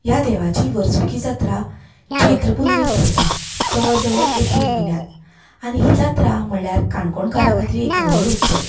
ह्या देवाची वर्सुकी जात्रा चैत्रपुनवेक भरता जवळ जवळ एप्रिल म्हयन्यांत आनी ही जात्रा म्हणल्यार काणकोणकारां खातीर एक व्हड उत्सव